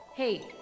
Hey